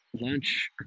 lunch